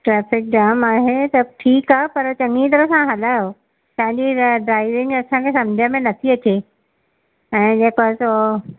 traffic jam आहे सभु ठीकु आहे पर चङी तरह सां हलायो तव्हांजी ड्राइविंग असांखे सम्झि में नथी अचे ऐं जे तव्हां चओ